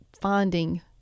finding